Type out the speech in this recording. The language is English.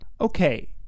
Okay